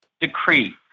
decree